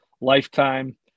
lifetime